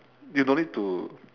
you don't need to